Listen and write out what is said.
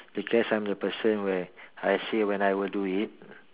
because I am the person where I say when I will do it